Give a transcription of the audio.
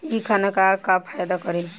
इ खाना का फायदा करी